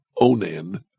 Onan